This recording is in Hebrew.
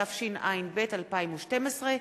התשע"ב 2012,